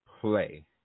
Play